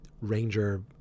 Ranger